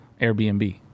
AirBnB